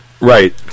right